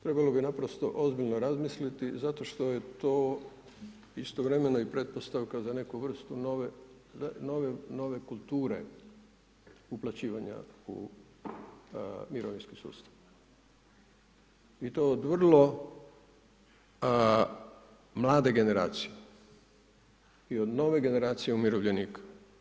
Trebalo bi naprosto ozbiljno razmisliti zato što je to istovremeno i pretpostavka za neku vrstu nove kulture uplaćivanja u mirovinski sustav i to od vrlo mlade generacije i od nove generacije umirovljenika.